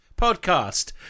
podcast